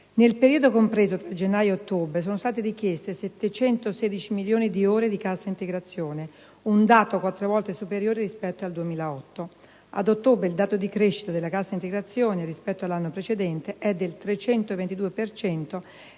Nel periodo compreso tra gennaio ed ottobre, sono state richieste 716 milioni di ore di cassa integrazione, un dato quattro volte superiore rispetto a quello del 2008. Ad ottobre il tasso di crescita della cassa integrazione, rispetto all'anno precedente, è stato del 322